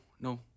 no